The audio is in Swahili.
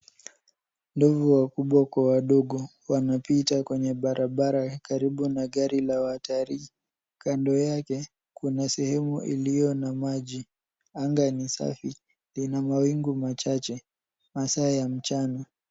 Ndovu wakubwa kwa wadogo wanapita kwenye barabara karibu na gari la watalii. Kando yake kuna sehemu iliyo na maji. Anga ni safi, lina mawingu machache. Masaa ya mchana.